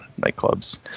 nightclubs